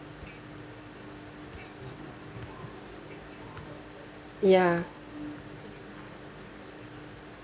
ya